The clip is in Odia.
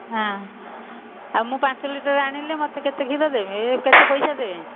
ହଁ ଆଉ ମୁଁ ପାଞ୍ଚ ଲିଟର ଆଣିଲେ ମୋତେ କେତେ କ୍ଷୀର ଦେବେ କେତେ ପଇସା ଦେବି